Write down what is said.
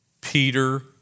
Peter